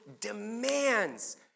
demands